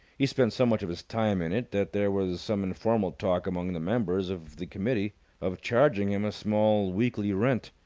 he spent so much of his time in it that there was some informal talk among the members of the committee of charging him a small weekly rent.